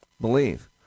believe